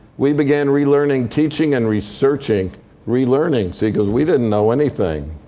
we began relearning, teaching, and researching relearning, see, because we didn't know anything,